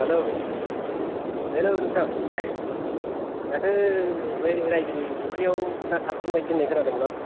hello hello नोंथां माथो बै रायजोनि फुख्रियाव ना सारगोन बादि होन्नाय खोनादोंमोन आं